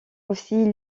aussi